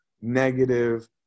negative